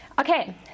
Okay